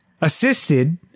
assisted